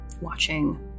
watching